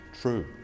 true